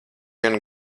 vien